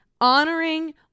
honoring